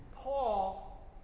Paul